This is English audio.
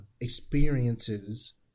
experiences